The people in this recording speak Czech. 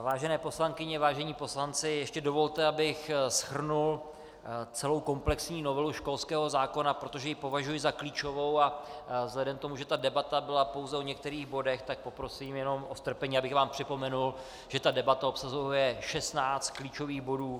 Vážené poslankyně, vážení poslanci, ještě dovolte, abych shrnul celou komplexní novelu školského zákona, protože ji považuji za klíčovou, a vzhledem k tomu, že debata byla pouze o některých bodech, tak poprosím jen o strpení, abych vám připomněl, že ta novela obsahuje 16 klíčových bodů.